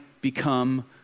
become